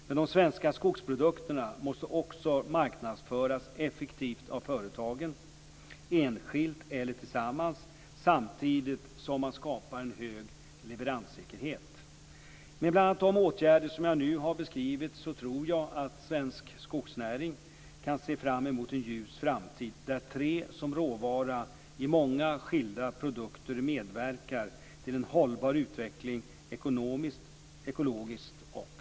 Men de svenska skogsprodukterna måste också marknadsföras effektivt av företagen, enskilt eller tillsammans, samtidigt som man skapar en hög leveranssäkerhet. Med bl.a. de åtgärder som jag nu har beskrivit tror jag att svensk skogsnäring kan se fram mot en ljus framtid där trä som råvara i många skilda produkter medverkar till en hållbar utveckling, ekonomiskt, ekologiskt och socialt.